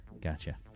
Gotcha